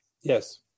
Yes